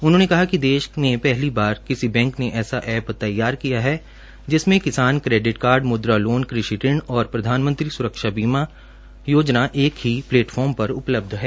उन्होंने कहा की देश में पहली बार किसी बैंक ने ऐसा एप्प तैयार किया है जिसमे किसान क्रेडिट कार्ड मुद्रा लोन कृषि ऋण और प्रधानमंत्री सुरक्षा बीमा योजना एक ही प्लेटफार्म पर उपलब्ध है